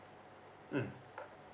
mm